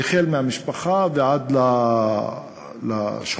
החל מהמשפחה ועד לשכונה,